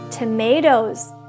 Tomatoes